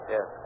Yes